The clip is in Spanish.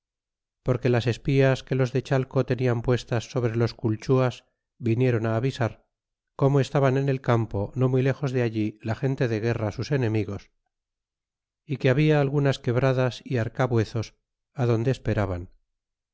porque las espías que los de chateo tenían puestas sobre los culchuas vinieron avisar como estaban en el campo no muy lejos de allí la gente de guerra sus enemigos ó que había algunas quebradas é arcabuezos adonde esperaban